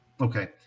Okay